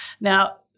Now